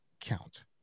count